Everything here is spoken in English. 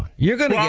you'll get